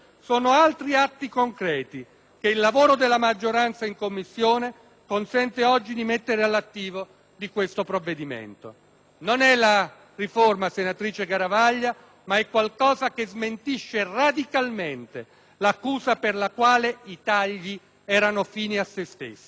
che il lavoro della maggioranza in Commissione consente oggi di mettere all'attivo di questo provvedimento. Non è la riforma, senatrice Garavaglia, ma è qualcosa che smentisce radicalmente l'accusa per la quale i tagli erano fini a se stessi. *(Applausi